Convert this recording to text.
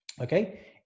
Okay